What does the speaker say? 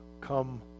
come